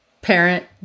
parent